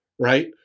right